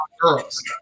Girls